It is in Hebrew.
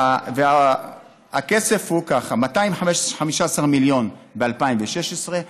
הכסף הוא ככה: 215 מיליון ב-2016,